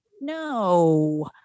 no